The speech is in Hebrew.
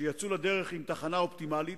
יצאו לדרך עם תחנה אופטימלית: